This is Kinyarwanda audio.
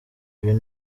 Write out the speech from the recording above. uyu